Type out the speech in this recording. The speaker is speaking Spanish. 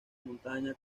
montaña